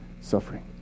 suffering